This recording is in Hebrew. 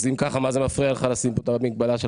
אז אם ככה מה זה מפריע לך לשים פה את המגבלה של